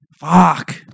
Fuck